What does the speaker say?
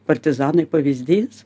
partizanai pavyzdys